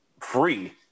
free